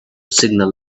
signal